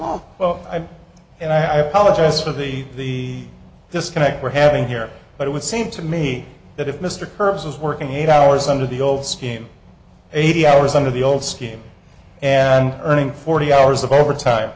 i'm and i apologise for the the disconnect we're having here but it would seem to me that if mr curves was working eight hours under the old scheme eighty hours under the old scheme and earning forty hours of overtime